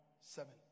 seven